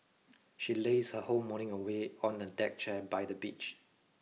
she lazed her whole morning away on a deck chair by the beach